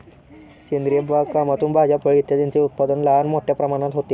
सेंद्रिय बागकामातून भाज्या, फळे इत्यादींचे उत्पादन लहान मोठ्या प्रमाणात होते